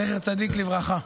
זכר צדיק לברכה.